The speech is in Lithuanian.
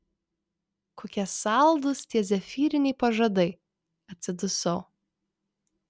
kokie saldūs tie zefyriniai pažadai atsidusau